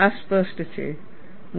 આ સ્પષ્ટ છે